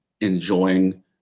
enjoying